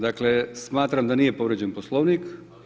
Dakle, smatram da nije povrijeđen Poslovnik.